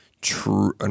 true